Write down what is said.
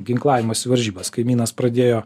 ginklavimosi varžybas kaimynas pradėjo